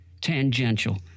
tangential